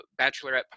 bachelorette